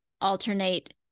alternate